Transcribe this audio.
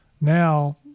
now